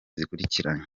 zikurikirana